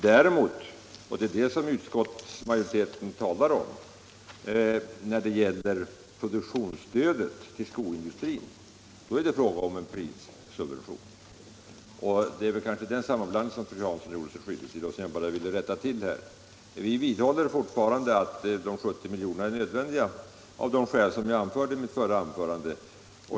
Däremot — och det är det som utskottsmajoriteten talar om — är produktionsstödet till skoindustrin en prissubvention. Det är den sammanblandningen som fru Hansson kanske gjorde sig skyldig till och som jag bara här ville rätta till. Vi i centern vidhåller fortfarande att de 70 miljonerna är nödvändiga av de skäl som jag anförde i mitt förra anförande.